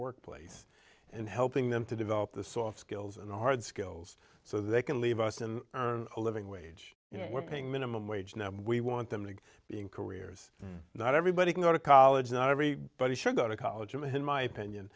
workplace and helping them to develop the soft skills and hard skills so they can leave us and earn a living wage you know we're paying minimum wage now we want them to be in careers not everybody can go to college not every but he should go to college i'm in my opinion